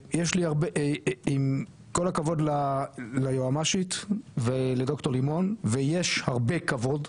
עם כל הכבוד ליועמ"שית ולדוקטור לימון ויש הרבה כבוד,